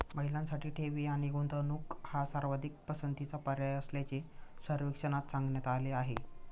महिलांसाठी ठेवी आणि गुंतवणूक हा सर्वाधिक पसंतीचा पर्याय असल्याचे सर्वेक्षणात सांगण्यात आले आहे